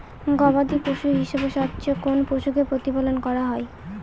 গবাদী পশু হিসেবে সবচেয়ে কোন পশুকে প্রতিপালন করা হয়?